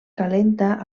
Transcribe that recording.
calenta